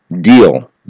deal